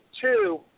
two